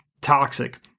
toxic